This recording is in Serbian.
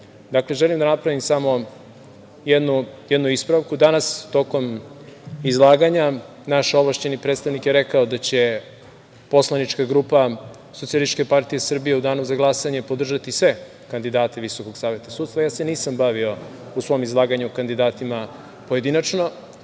SNS.Dakle, želim da napravim samo jednu ispravku. Danas tokom izlaganja naš ovlašćeni predstavnik je rekao da će poslanička grupa SPS u danu za glasanje podržati sve kandidate Visokog saveta sudstva, nisam se bavio u svom izlaganju kandidatima pojedinačno,